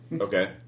Okay